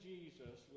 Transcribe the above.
Jesus